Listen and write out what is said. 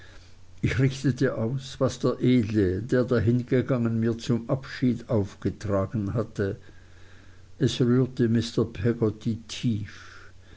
ich richtete aus was der edle der dahingegangen mir zum abschied aufgetragen hatte es rührte mr peggotty tief